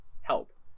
help